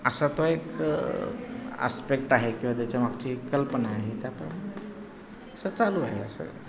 असा तो एक आस्पेक्ट आहे किंवा त्याच्या मागची कल्पना आहे त्याप्रमाणे असं चालू आहे असं